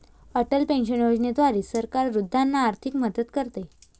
Atal pension योजनेद्वारे सरकार वृद्धांना आर्थिक मदत करते